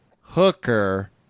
Hooker